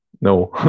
No